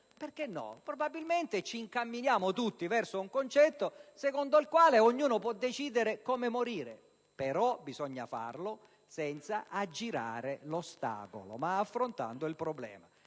perché no? Probabilmente ci incamminiamo tutti verso un concetto secondo il quale ognuno può decidere come morire, però bisogna farlo senza aggirare l'ostacolo, bensì affrontando il problema.